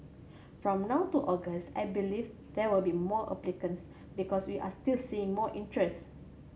from now to August I believe there will be more applicants because we are still seeing more interest